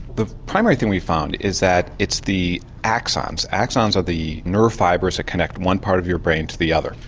the primary thing we found is that it's the axons, axons are the neuro fibres that connect one part of your brain to the other.